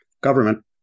government